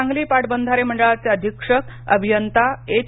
सांगली पाटबधारे मंडळाचे अधीक्षक अभियता एच